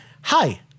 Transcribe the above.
Hi